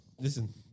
Listen